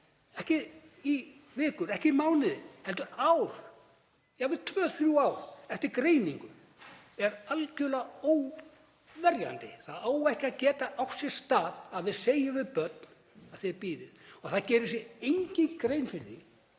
ekki í vikur, ekki í mánuði, heldur ár, jafnvel tvö, þrjú ár eftir greiningu er algerlega óverjandi. Það á ekki að geta átt sér stað að við segjum við börn: Þið bíðið. Það gerir sér enginn grein fyrir því